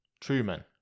Truman